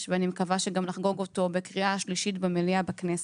ואני מקווה שגם נחגוג אותו בקריאה שלישית במליאה בכנסת.